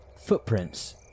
Footprints